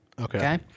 okay